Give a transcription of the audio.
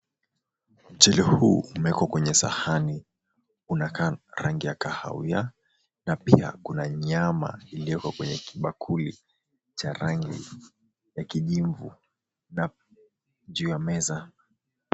Mchele huu umewekwa kwenye sahani. Unakaa rangi ya kahawia na pia kuna nyama iliyoko kwenye kibakuli cha rangi ya kijivu na juu ya meza...